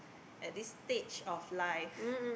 at this stage of life